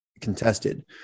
contested